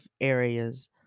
areas